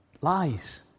Lies